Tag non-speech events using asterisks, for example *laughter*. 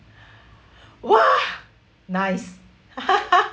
!wah! nice *laughs*